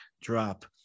drop